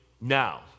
now